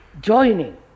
joining